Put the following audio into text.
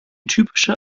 typische